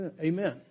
Amen